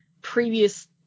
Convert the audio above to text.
previous